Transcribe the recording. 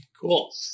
Cool